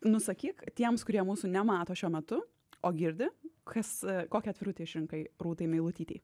nu sakyk tiems kurie mūsų nemato šiuo metu o girdi kas kokią atvirutę išrinkai rūtai meilutytei